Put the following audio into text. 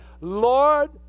Lord